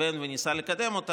התכוון וניסה לקדם אותו,